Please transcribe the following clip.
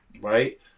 right